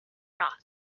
rock